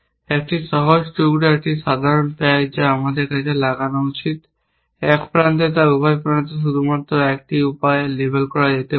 একটি সহজ টুকরা একটি সাধারণ প্যাক যা আমাদের কাজে লাগানো উচিত এক প্রান্তে তা উভয় প্রান্তে শুধুমাত্র এক উপায়ে লেবেল করা যেতে পারে